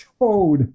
showed